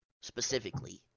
specifically